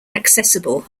accessible